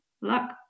luck